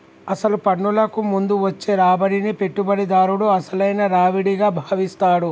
అసలు పన్నులకు ముందు వచ్చే రాబడిని పెట్టుబడిదారుడు అసలైన రావిడిగా భావిస్తాడు